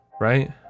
right